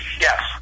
Yes